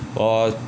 我